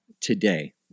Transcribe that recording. today